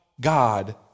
God